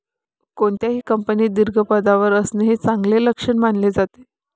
कोणत्याही कंपनीत दीर्घ पदावर असणे हे चांगले लक्षण मानले जाते